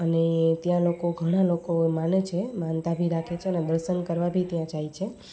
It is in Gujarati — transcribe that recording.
અને ત્યાં લોકો ઘણા લોકો માને છે માનતા બી રાખે છે અને દર્શન કરવા બી ત્યાં જાય છે